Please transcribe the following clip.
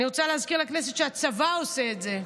אני רוצה להזכיר לכנסת שהצבא עושה את זה.